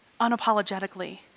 unapologetically